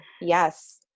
yes